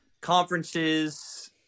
conferences